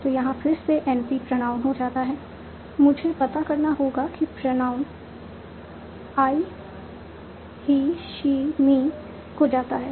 तो यहाँ फिर से NP प्रोनाउन को जाता है मुझे पता करना होगा कि pronoun I he she me को जाता है